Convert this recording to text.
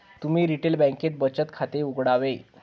तुम्ही रिटेल बँकेत बचत खाते उघडावे